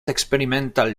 experimental